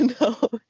No